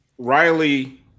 riley